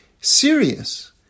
serious